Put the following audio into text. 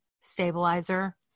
stabilizer